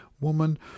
woman